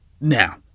Now